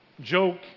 joke